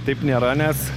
taip nėra nes